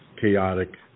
chaotic